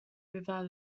river